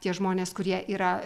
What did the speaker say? tie žmonės kurie yra